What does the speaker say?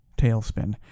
tailspin